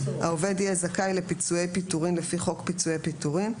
העובד יהיה זכאי לפיצויי פיטורין לפי חוק פיצויי פיטוריו,